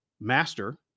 master